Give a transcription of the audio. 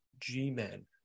G-Men